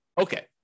Okay